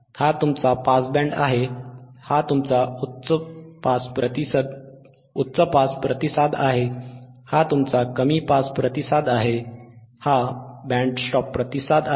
हा तुमचा pass band आहे हा तुमचा उच्च पास प्रतिसाद आहे हा तुमचा कमी पास प्रतिसाद आहे हा बँड स्टॉप प्रतिसाद आहे